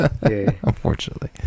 Unfortunately